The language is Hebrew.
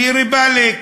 דיר באלכ,